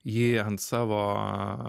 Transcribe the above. jį ant savo